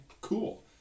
cool